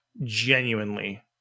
genuinely